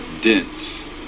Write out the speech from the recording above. dense